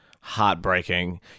heartbreaking